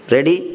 Ready